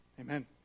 amen